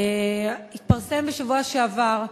התפרסם בשבוע שעבר,